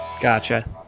Gotcha